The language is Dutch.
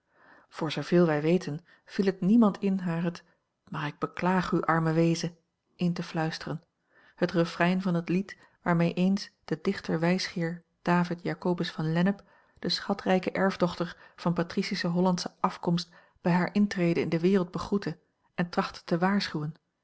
voor zooveel wij weten viel het niemand in haar het maar ik beklaag u arme weeze in te fluisteren het refrein van het lied waarmee eens de dichtera l g bosboom-toussaint langs een omweg wijsgeer david jacobus van lennep de schatrijke erfdochter van patricische hollandsche afkomst bij hare intrede in de wereld begroette en trachtte te waarschuwen